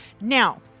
Now